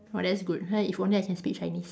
oh that's good if only I can speak Chinese